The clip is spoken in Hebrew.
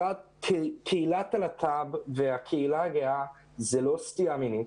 קהילת הלהט"ב והקהילה הגאה זה לא סטייה מינית,